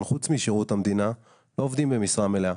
חוץ משירות המדינה לא עובדים במשרה מלאה.